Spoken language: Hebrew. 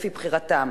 לפי בחירתם,